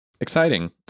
Exciting